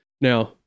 Now